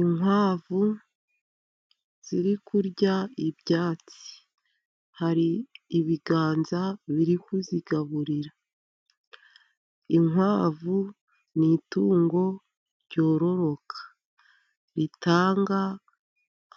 Inkwavu ziri kurya ibyatsi, hari ibiganza biri kuzigaburira. Inkwavu ni itungo ryororoka ritanga